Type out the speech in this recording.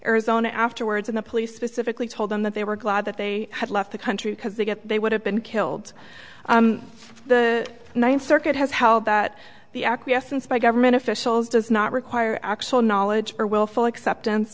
arizona afterwards and the police specifically told them that they were glad that they had left the country because they get they would have been killed the ninth circuit has held that the acquiescence by government officials does not require actual knowledge or willful acceptance